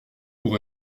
pour